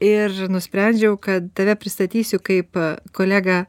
ir nusprendžiau kad tave pristatysiu kaip kolegą